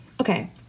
okay